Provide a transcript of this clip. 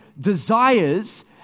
desires